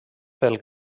pel